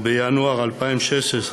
ובינואר 2016,